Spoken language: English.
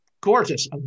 gorgeous